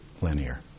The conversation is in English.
linear